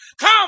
Come